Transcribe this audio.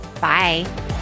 Bye